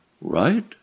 Right